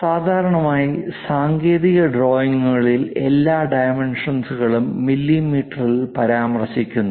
സാധാരണയായി സാങ്കേതിക ഡ്രോയിംഗുകളിൽ എല്ലാ ഡൈമെൻഷൻസ്കളും മില്ലീമീറ്ററിൽ പരാമർശിക്കുന്നു